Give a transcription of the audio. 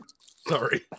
Sorry